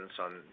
on